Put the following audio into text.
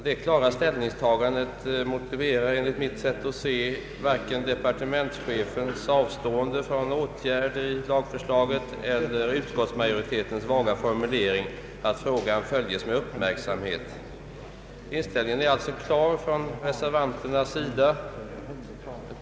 Detta klara ställningstagande motiverar enligt min uppfattning varken departementschefens avstående från åtgärd eller utskottsmajoritetens vaga formulering att frågan följes med uppmärksamhet. Reservanternas inställning är alltså klar.